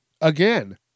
again